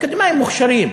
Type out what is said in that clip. אקדמאים מוכשרים.